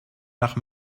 nach